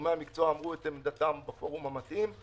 גורמי המקצוע אמרו את עמדתם בפורום המתאים.